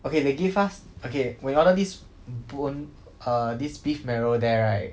okay they give us okay when we order this bone err this beef marrow there right